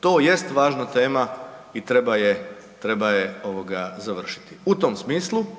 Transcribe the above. to jest važna tema i treba je, treba je ovoga završiti. U tom smislu